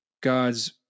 God's